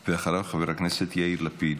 ואחריו, חבר הכנסת יאיר לפיד.